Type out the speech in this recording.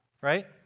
right